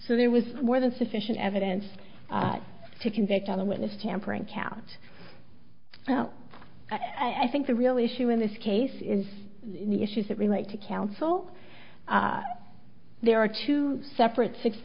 so there was more than sufficient evidence to convict on a witness tampering count well i think the real issue in this case is the issues that relate to counsel there are two separate sixth